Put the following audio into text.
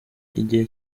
igihe